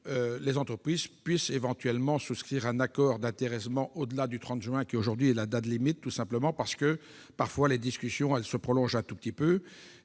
les entreprises puissent éventuellement souscrire un accord d'intéressement au-delà du 30 juin, qui est aujourd'hui la date limite, tout simplement parce que les discussions se prolongent parfois un petit peu.